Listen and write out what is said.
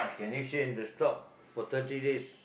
can you stay in the shop for thirty days